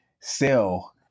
sell